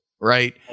right